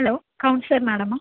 hello councillor மேடமா